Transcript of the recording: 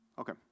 Okay